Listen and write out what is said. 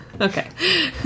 Okay